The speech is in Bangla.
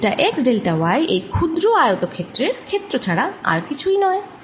ডেল্টা x ডেল্টা y এই ক্ষুদ্র আয়তক্ষেত্রের ক্ষেত্র ছাড়া আর কিছুই নয়